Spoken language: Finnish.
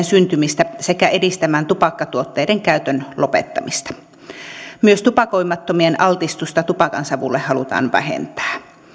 syntymistä sekä edistämään tupakkatuotteiden käytön lopettamista myös tupakoimattomien altistusta tupakansavulle halutaan vähentää